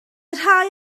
rhai